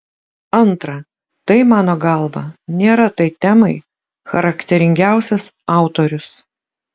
antra tai mano galva nėra tai temai charakteringiausias autorius